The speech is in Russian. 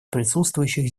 присутствующих